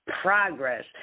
progress